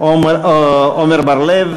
עמר בר-לב